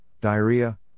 diarrhea